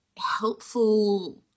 helpful